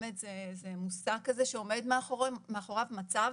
באמת זה מושג כזה שעומד מאחוריו מצב